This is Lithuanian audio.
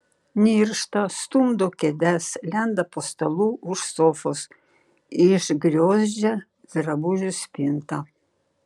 niršta stumdo kėdes lenda po stalu už sofos išgriozdžia drabužių spintą